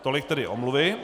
Tolik tedy omluvy.